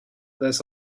this